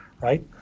right